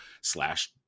slash